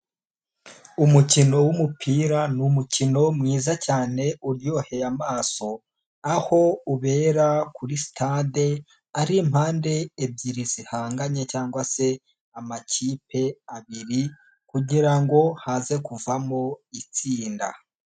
Umukino wumupira ni umukino mwiza cyane uryoheye amaso, aho ubera kuri stade ari impande ebyiri zihanganye cyangwa se amakipe abiri kugira ngo haze kuvamo itsinda.